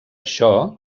això